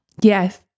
yes